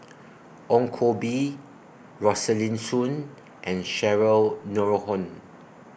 Ong Koh Bee Rosaline Soon and Cheryl Noronha